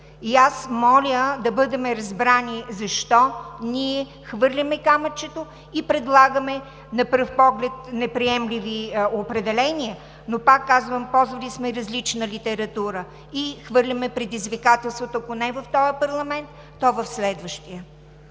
И аз моля да бъдем разбрани защо ние хвърляме камъчето и предлагаме на пръв поглед неприемливи определения, но пак казвам, ползвали сме различна литература и хвърляме предизвикателството, ако не в този парламент, то в следващия.